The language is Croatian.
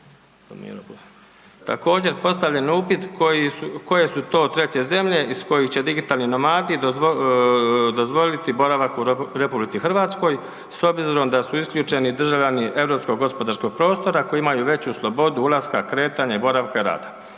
Također postavljen je upit koje su to treće zemlje iz kojih će digitalni nomadi dozvoliti boravak u RH s obzirom da su isključeni državljani Europskog gospodarskog prostora koji imaju veću slobodu ulaska, kretanja i boravka rada.